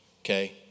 okay